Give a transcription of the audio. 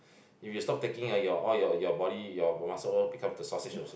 if you stop taking ah your all your your body your muscle become the sausage also